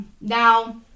Now